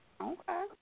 Okay